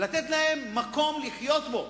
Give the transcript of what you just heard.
לתת להם מקום לחיות בו,